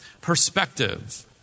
perspective